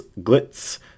glitz